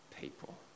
people